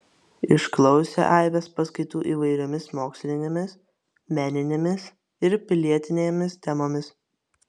išklausė aibės paskaitų įvairiomis mokslinėmis meninėmis ir pilietinėmis temomis